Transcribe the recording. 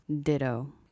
Ditto